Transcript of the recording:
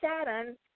Saturn